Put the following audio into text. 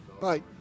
Bye